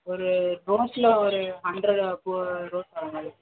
ஒரு டோட்டலாக ஒரு ஹண்ட்ரட் பூ ரோஸ் வர மாதிரி